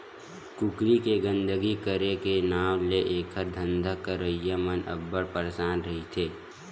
कुकरी के गंदगी करे के नांव ले एखर धंधा करइया मन अब्बड़ परसान रहिथे